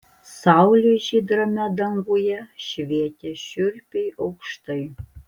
saulė žydrame danguje švietė šiurpiai aukštai